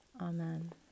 Amen